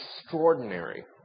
extraordinary